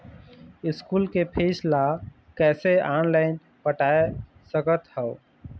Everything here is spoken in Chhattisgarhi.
स्कूल के फीस ला कैसे ऑनलाइन पटाए सकत हव?